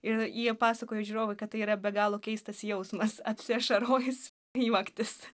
ir jie pasakojo žiūrovai kad tai yra be galo keistas jausmas apsiašarojus juoktis